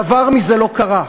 דבר מזה לא קרה.